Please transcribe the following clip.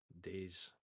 days